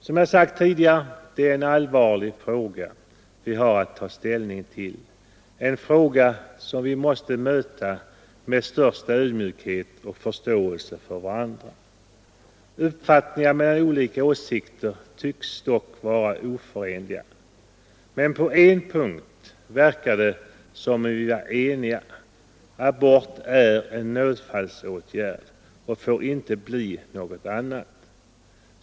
Som jag sagt tidigare är det en allvarlig fråga vi har att ta ställning till, en fråga som vi måste möta med största ödmjukhet och förståelse för varandra. Men de olika åsikterna och uppfattningarna tycks dock vara oförenliga. På en punkt verkar det emellertid som om vi är eniga: abort är en nödfallsåtgärd och får inte bli något annat.